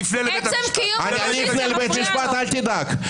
אל תדאג,